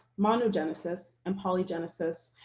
monogenesis and polygenesis,